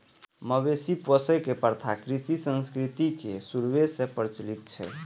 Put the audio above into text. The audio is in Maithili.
मवेशी पोसै के प्रथा कृषि संस्कृति के शुरूए सं प्रचलित छै